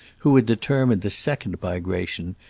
who had determined the second migration,